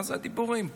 מה הדיבורים פה?